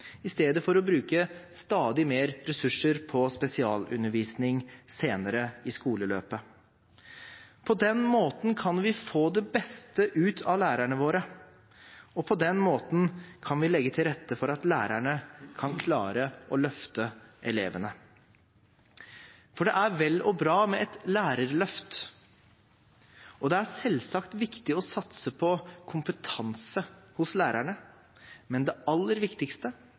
i stedet for å bruke stadig mer ressurser på spesialundervisning senere i skoleløpet. På den måten kan vi få det beste ut av lærerne våre, og på den måten kan vi legge til rette for at lærerne kan klare å løfte elevene. Det er vel og bra med et lærerløft, og det er selvsagt viktig å satse på kompetanse hos lærerne, men det aller viktigste